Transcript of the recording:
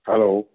hello